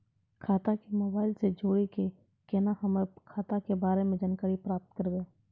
खाता के मोबाइल से जोड़ी के केना हम्मय खाता के बारे मे जानकारी प्राप्त करबे?